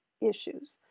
issues